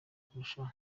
kurushaho